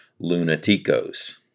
Lunaticos